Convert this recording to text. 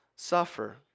suffer